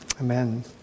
Amen